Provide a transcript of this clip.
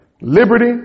liberty